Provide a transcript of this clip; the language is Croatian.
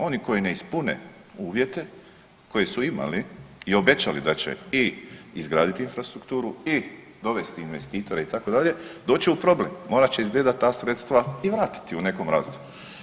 Oni koji ne ispune uvjete koje su imali i obećali da će i izgraditi infrastrukturu i dovesti investitore itd. doći će u problem, morat će izgleda ta sredstva i vratiti u nekom razdoblju.